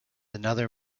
another